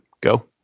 go